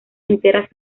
enteras